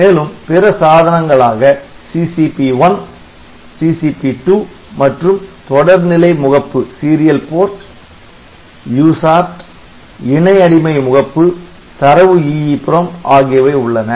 மேலும் பிற சாதனங்களாக CCP1 CCP2 மற்றும் தொடர்நிலை முகப்பு USART இணை அடிமை முகப்பு தரவு EEPROM ஆகியவை உள்ளன